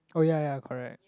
oh ya ya correct